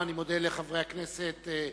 אני מודה לחברי הכנסת,